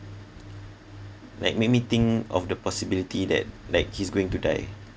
like made me think of the possibility that like he's going to die